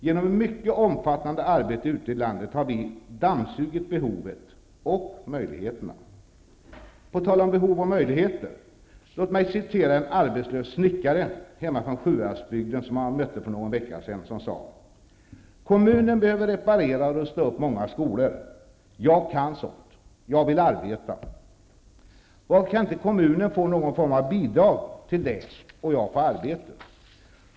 Genom ett mycket omfattande arbete ute i landet har vi ''dammsugit'' behoven och möjligheterna. På tal om behov och möjligheter -- låt mig citera en arbetslös snickare hemifrån Sjuhäradsbygden, som jag mötte för någon vecka sedan. Han sade: ''Kommunen behöver reparera och rusta upp många skolor. Jag kan sådant. Jag vill arbeta. Varför kan inte kommunen få bidrag till det och jag få arbete?